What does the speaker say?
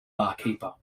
barkeeper